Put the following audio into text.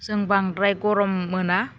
जों बांद्राय गरम मोना